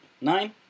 nine